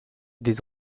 des